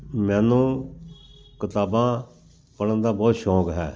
ਮੈਨੂੰ ਕਿਤਾਬਾਂ ਪੜ੍ਹਨ ਦਾ ਬਹੁਤ ਸ਼ੌਂਕ ਹੈ